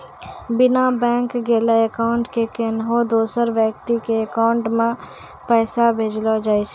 बिना बैंक गेलैं अकाउंट से कोन्हो दोसर व्यक्ति के अकाउंट मे पैसा भेजलो जाय छै